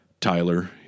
tyler